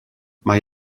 mae